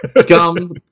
scum